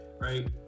right